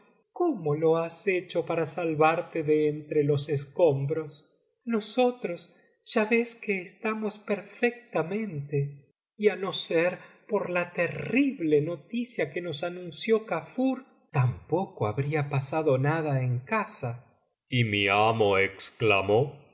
cómo lo has hecho para salvarte de entre los escombros nosotros ya ves que estamos perfectamente y á no ser por la terrible noticia que nos anunció kjafttt tampoco habría pasado nada en casa y mi amo exclamó